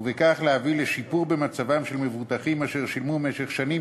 ובכך להביא לשיפור במצבם של מבוטחים אשר שילמו במשך שנים